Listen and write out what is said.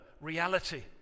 reality